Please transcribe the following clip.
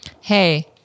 hey